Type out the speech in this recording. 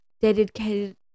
dedicated